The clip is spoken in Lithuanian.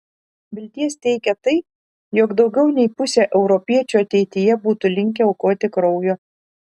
vilties teikia tai jog daugiau nei pusė europiečių ateityje būtų linkę aukoti kraujo